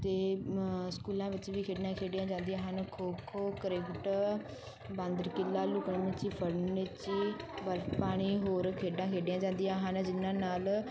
ਅਤੇ ਸਕੂਲਾਂ ਵਿੱਚ ਵੀ ਖੇਡਾਂ ਖੇਡੀਆਂ ਜਾਂਦੀਆਂ ਹਨ ਖੋ ਖੋ ਕ੍ਰਿਕਟ ਬਾਂਦਰ ਕਿੱਲਾ ਲੁਕਣ ਮਿਚੀ ਫੜਨੀਚੀ ਬਰਫ ਪਾਣੀ ਹੋਰ ਖੇਡਾਂ ਖੇਡੀਆਂ ਜਾਂਦੀਆਂ ਹਨ ਜਿਨ੍ਹਾਂ ਨਾਲ